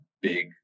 big